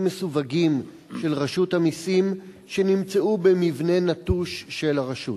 מסווגים של רשות המסים שנמצאו במבנה נטוש של הרשות.